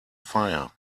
fire